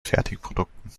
fertigprodukten